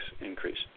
increase